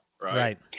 right